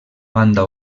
banda